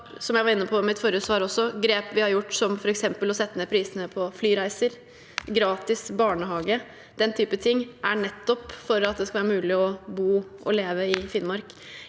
Som jeg var inne på også i mitt forrige svar: Grep vi har gjort, som f.eks. å sette ned prisene på flyreiser, gratis barnehage og den typen ting, er nettopp for at det skal være mulig å bo og leve i Finnmark.